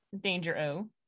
Danger-O